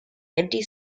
empty